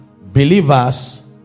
believers